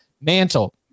mantle